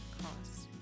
costs